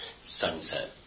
sunset